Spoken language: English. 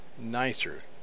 nicer